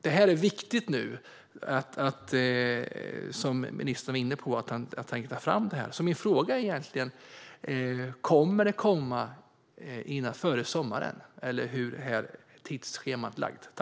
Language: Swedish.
Det är viktigt nu att ministern tar fram det här, vilket han var inne på. Kommer det här före sommaren? Hur ser tidsschemat ut?